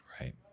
Right